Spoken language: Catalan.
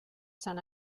sant